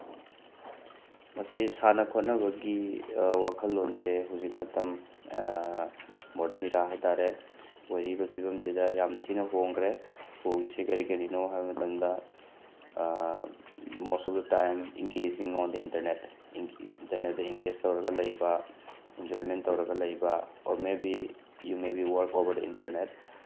ꯃꯁꯤ ꯁꯥꯟꯅ ꯈꯣꯠꯅꯕꯒꯤ ꯋꯥꯈꯜꯂꯣꯟꯁꯦ ꯍꯧꯖꯤꯛ ꯃꯇꯝ ꯃꯣꯔꯗꯟ ꯏꯔꯥ ꯍꯥꯏ ꯇꯥꯔꯦ ꯑꯣꯏꯔꯤꯕ ꯐꯤꯕꯝꯁꯤꯗ ꯌꯥꯝ ꯊꯤꯅ ꯍꯣꯡꯈ꯭ꯔꯦ ꯍꯣꯡꯉꯤꯁꯤ ꯀꯔꯤ ꯀꯔꯤꯅꯣ ꯍꯥꯏꯕ ꯃꯇꯝꯗ most of the time engaging on the internet ꯏꯟꯇꯔꯅꯦꯠꯇ ꯏꯪꯒꯦꯁ ꯇꯧꯔꯒ ꯂꯩꯕ ꯏꯟꯖꯣꯏꯃꯦꯟ ꯇꯧꯔꯒ ꯂꯩꯕ or maybe you maybe work over the internet